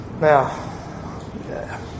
Now